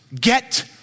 get